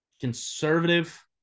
conservative